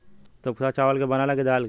थुक्पा चावल के बनेला की दाल के?